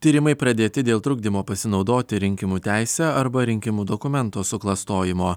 tyrimai pradėti dėl trukdymo pasinaudoti rinkimų teise arba rinkimų dokumento suklastojimo